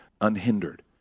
unhindered